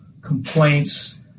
complaints